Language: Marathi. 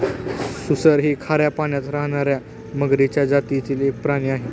सुसर ही खाऱ्या पाण्यात राहणार्या मगरीच्या जातीतील प्राणी आहे